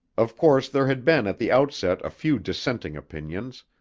of course there had been at the outset a few dissenting opinions,